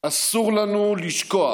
אסור לנו לשכוח